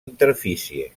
interfície